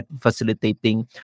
facilitating